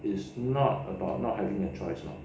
is not about not having a choice lor